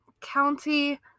County